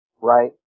right